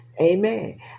amen